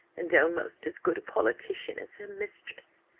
and almost as good a politician as her mistress.